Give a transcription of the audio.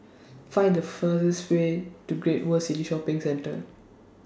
Find The fur This Way to Great World City Shopping Centre